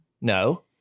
No